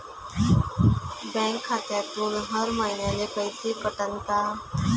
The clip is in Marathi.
बँक खात्यातून हर महिन्याले पैसे कटन का?